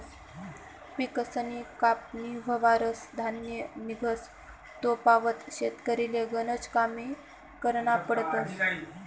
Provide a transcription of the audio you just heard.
पिकसनी कापनी व्हवावर धान्य निंघस तोपावत शेतकरीले गनज कामे करना पडतस